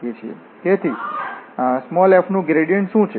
તેથી f નું gradient શું છે